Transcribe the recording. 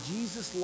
Jesus